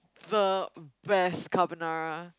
the best carbonara